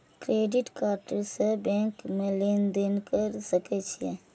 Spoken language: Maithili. क्रेडिट कार्ड से बैंक में लेन देन कर सके छीये?